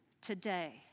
today